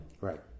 Right